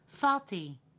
Salty